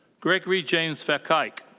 gregory james verkaik.